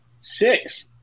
six